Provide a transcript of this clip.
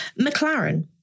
McLaren